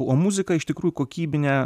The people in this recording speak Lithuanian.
o muzika iš tikrųjų kokybine